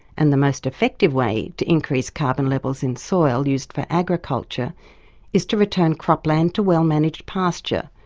and the most effective way to increase carbon levels in soil used for agriculture is to return crop land to well managed pasture,